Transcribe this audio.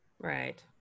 Right